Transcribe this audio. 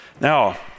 Now